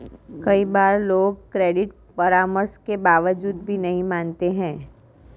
कई बार लोग क्रेडिट परामर्श के बावजूद भी नहीं मानते हैं